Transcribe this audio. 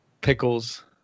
Pickles